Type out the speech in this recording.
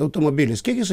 automobilius kiek jisai